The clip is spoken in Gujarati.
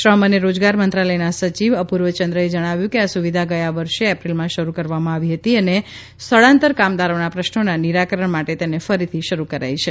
શ્રમ અને રોજગાર મંત્રાલયના સચિવ અપૂર્વ ચંદ્રે જણાવ્યું કે આ સુવિધા ગયા વર્ષે એપ્રિલમાં શરૂ કરવામાં આવી હતી અને સ્થળાંતર કામદારોના પ્રશ્નોના નિરાકરણ માટે તેને ફરીથી શરૂ કરાઈ છે